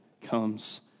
comes